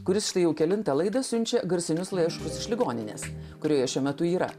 kuris štai jau kelinta laida siunčia garsinius laiškus iš ligoninės kurioje šiuo metu yra